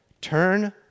Turn